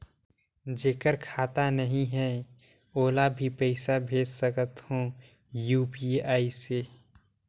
जेकर खाता नहीं है ओला भी पइसा भेज सकत हो यू.पी.आई से?